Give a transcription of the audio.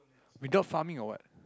without farming or what